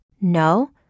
No